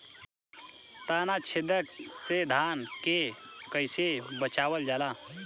ताना छेदक से धान के कइसे बचावल जाला?